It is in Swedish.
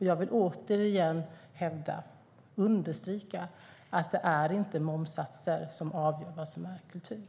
Jag vill återigen hävda och understryka att det inte är momssatser som avgör vad som är kultur.